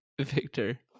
Victor